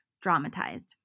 dramatized